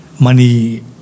money